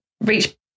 reach